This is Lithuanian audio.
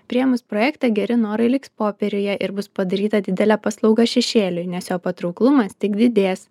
priėmus projektą geri norai liks popieriuje ir bus padaryta didelė paslauga šešėliui nes jo patrauklumas tik didės